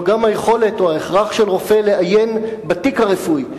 גם היכולת או ההכרח של רופא לעיין בתיק הרפואי,